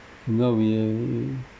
if not we uh